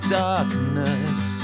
darkness